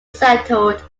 settled